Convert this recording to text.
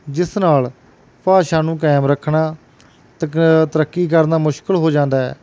ਜਿਸ ਨਾਲ ਭਾਸ਼ਾ ਨੂੰ ਕਾਇਮ ਰੱਖਣਾ ਤਕ ਤਰੱਕੀ ਕਰਨਾ ਮੁਸ਼ਕਿਲ ਹੋ ਜਾਂਦਾ ਹੈ